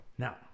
Now